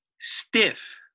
Stiff